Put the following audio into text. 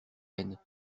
veines